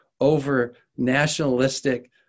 over-nationalistic